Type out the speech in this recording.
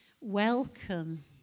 Welcome